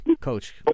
Coach